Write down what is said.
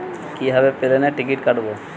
কিভাবে প্লেনের টিকিট কাটব?